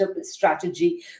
strategy